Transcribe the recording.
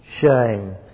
shame